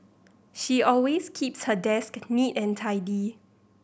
she always keeps her desk neat and tidy